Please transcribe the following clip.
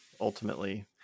ultimately